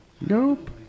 Nope